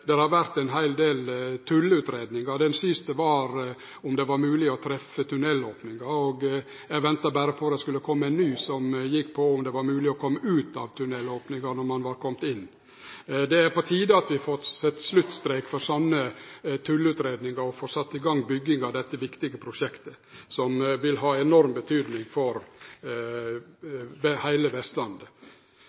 det har vore ein heil del tulleutgreiingar. Den siste var om det var mogleg å treffe tunnelopninga, og eg venta berre på at det skulle kome ei ny, som gjekk på om det var mogleg å kome ut av tunnelopninga når ein var komen inn. Det er på tide at vi får sett sluttstrek for sånne tulleutgreiingar og får sett i gang bygging av dette viktige prosjektet, som vil ha enorm betydning for heile Vestlandet.